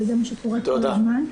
וזה מה שקורה כל הזמן.